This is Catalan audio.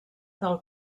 del